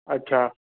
अच्छा